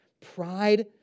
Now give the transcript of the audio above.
Pride